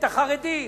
את החרדים,